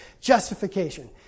justification